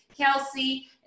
Kelsey